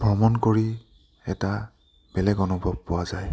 ভ্ৰমণ কৰি এটা বেলেগ অনুভৱ পোৱা যায়